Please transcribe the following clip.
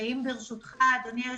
אם, ברשותך אדוני היושב-ראש,